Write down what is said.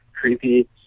creepy